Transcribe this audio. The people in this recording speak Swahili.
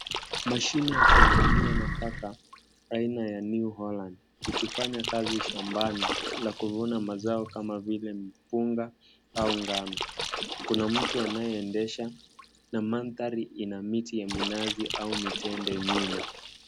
Mashine ya kuvunia nafaka, aina ya New Holand, ikifanya kazi shambani na kuvuna mazao kama vile mpunga au ngano. Kuna mtu anayeendesha na mandhari ina miti ya minazi au mitende nyuma.